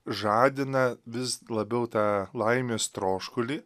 žadina vis labiau tą laimės troškulį